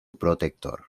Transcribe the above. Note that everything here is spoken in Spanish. protector